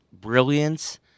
brilliance